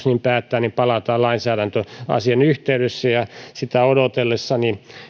niin päättää siihen palataan lainsäädäntöasian yhteydessä sitä odotellessa